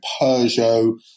Peugeot